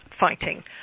fighting